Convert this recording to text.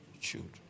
children